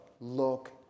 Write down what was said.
look